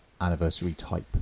anniversary-type